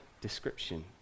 description